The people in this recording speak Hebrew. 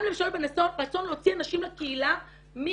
גם למשל ברצון להוציא אנשים לקהילה מהדיור